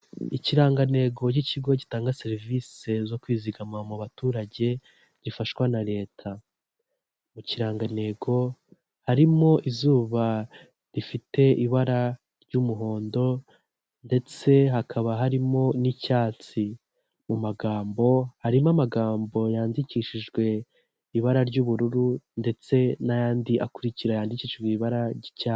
Ikirangantego cy'ikigo gitanga serivisi zo kwizigamara mu baturage gifashwa na leta. Mu kirangantego harimo izuba rifite ibara ry'umuhondo ndetse hakaba harimo n'icyatsi, mu magambo harimo amagambo yandikishijwe ibara ry'ubururu ndetse n'ayandi akurikira yandikijwe ibara ry'icyatsi.